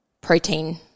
protein